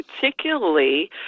particularly